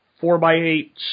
four-by-eight